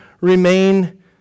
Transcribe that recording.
remain